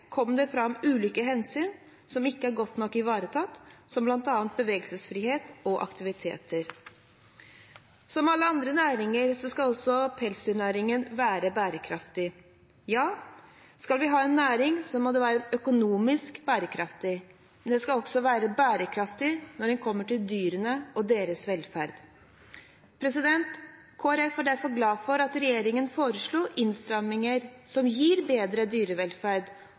kom det fram ulike hensyn som ikke er godt nok ivaretatt, som bl.a. bevegelsesfrihet og aktiviteter. Som alle andre næringer skal også pelsdyrnæringen være bærekraftig. Ja, skal vi ha en næring, må den være økonomisk bærekraftig, men den skal også være bærekraftig når det kommer til dyrene og deres velferd. Kristelig Folkeparti var derfor glad for at regjeringen foreslo innstramminger som gir bedre dyrevelferd,